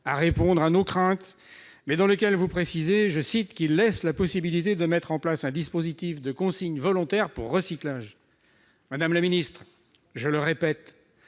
répondre à nos craintes, mais dans lesquels vous précisez qu'ils « laissent la possibilité de mettre en place un dispositif de consigne volontaire pour recyclage ». Madame la secrétaire d'État, je le répète,